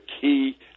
key